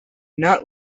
not